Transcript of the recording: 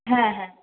হ্যাঁ হ্যাঁ